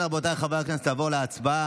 אם כן, רבותיי חברי הכנסת, נעבור להצבעה.